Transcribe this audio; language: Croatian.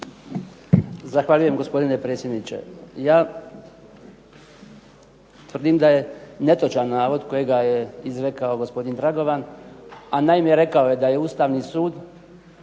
Zahvaljujem gospodine predsjedniče. Ja tvrdim da je netočan navod kojeg je izrekao gospodin Dragovan, a naime rekao je da je Ustavni sud